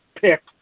pick